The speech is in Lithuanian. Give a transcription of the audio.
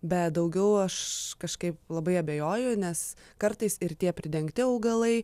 bet daugiau aš kažkaip labai abejoju nes kartais ir tie pridengti augalai